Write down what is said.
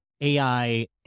AI